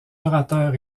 orateur